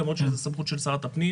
זו סמכות של שרת הפנים